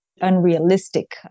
unrealistic